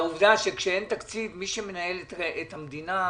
העובדה שכאשר אין תקציב מי שמנהל את המדינה,